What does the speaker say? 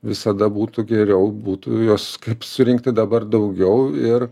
visada būtų geriau būtų juos kaip surinkti dabar daugiau ir